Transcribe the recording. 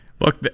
Look